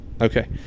Okay